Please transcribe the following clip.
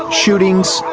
ah shootings,